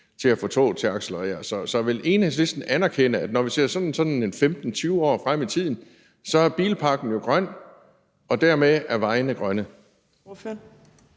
til at få toget til at accelerere. Så vil Enhedslisten anerkende, at når vi ser 15-20 år frem i tiden, vil bilparken være grøn, og at vejene dermed